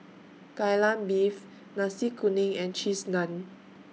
Kai Lan Beef Nasi Kuning and Cheese Naan